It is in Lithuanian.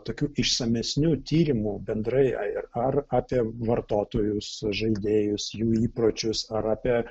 tokių išsamesnių tyrimų bendrai ir ar apie vartotojus žaidėjus jų įpročius ar apie